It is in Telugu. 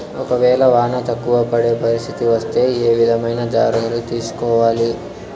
ఒక వేళ వాన తక్కువ పడే పరిస్థితి వస్తే ఏ విధమైన జాగ్రత్తలు తీసుకోవాలి?